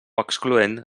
excloent